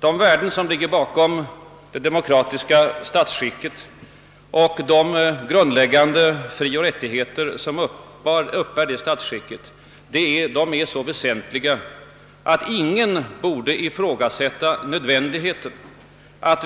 De värden som ligger bakom det demokratiska statsskicket och de grundläggande frioch rättigheter som uppbär detta statsskick är så väsentliga att ingen borde ifrågasätta nödvändigheten av